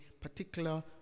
particular